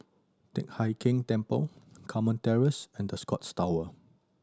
Teck Hai Keng Temple Carmen Terrace and The Scotts Tower